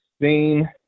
seen